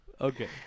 Okay